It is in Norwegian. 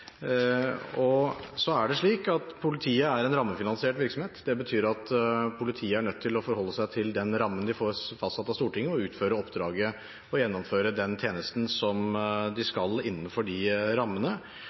Politiet er en rammefinansiert virksomhet. Det betyr at politiet er nødt til å forholde seg til den rammen de får fastsatt av Stortinget, og må utføre oppdragene og gjennomføre den tjenesten som de